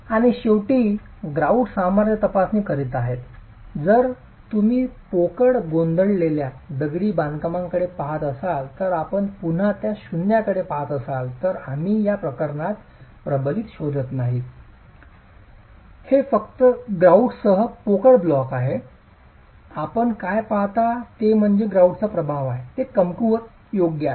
आणि शेवटी ग्रऊट सामर्थ्य तपासणी करीत आहे तर जर तुम्ही पोकळ गोंधळलेल्या दगडी बांधकामाकडे पहात असाल आणि आपण पुन्हा त्या शून्याकडे पाहत असाल तर आम्ही या प्रकरणात प्रबलित शोधत नाही आहोत हे फक्त ग्रॉउटसह पोकळ ब्लॉक आहे आपण काय पाहता ते म्हणजे ग्रॉउटचा प्रभाव आहे तो कमकुवत योग्य आहे